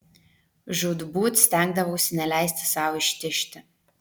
žūtbūt stengdavausi neleisti sau ištižti